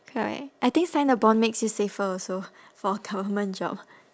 correct I think sign a bond makes you safer also for government job